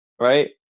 right